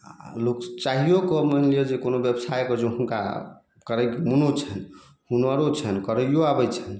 आओर लोक चाहियो कऽ मानि लिऽ जे कोनो व्यवसायके जँ हुनका करयके मोनो छनि हुनरो छनि करइयो आबय छनि